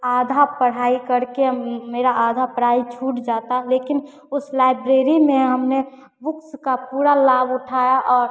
आधी पढ़ाई करके मेरी आधी पढ़ाई छूट जाती लेकिन उस लाइब्रेरी में हमने बुक्स का पूरा लाभ उठाया और